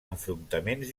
enfrontaments